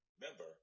Member